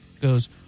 goes